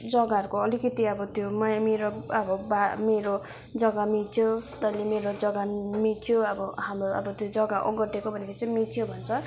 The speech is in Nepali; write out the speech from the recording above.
जग्गाहरूको अलिकति अब त्यो मेरो अब बा मेरो जग्गा मिच्यो तैले मेरो जग्गा मिच्यो अब हाम्रो अब त्यो जग्गा ओगटेको भनेको हामी चाहिँ मिच्यो भन्छ